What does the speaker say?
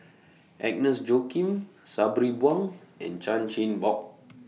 Agnes Joaquim Sabri Buang and Chan Chin Bock